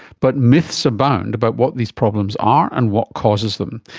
but myths abound about what these problems are and what causes them.